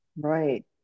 Right